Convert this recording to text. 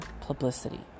publicity